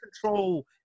control